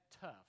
tough